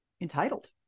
entitled